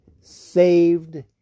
saved